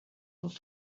would